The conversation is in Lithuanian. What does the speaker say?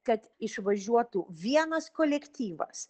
kad išvažiuotų vienas kolektyvas